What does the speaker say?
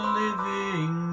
living